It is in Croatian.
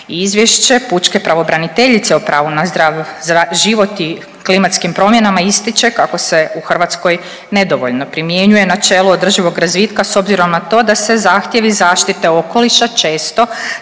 Izvješće pučke pravobraniteljice o pravu na zdrav život i klimatskim promjenama ističe kako se u Hrvatskoj nedovoljno primjenjuje načelo održivog razvitka s obzirom na to da se zahtjevi zaštite okoliša često stavljaju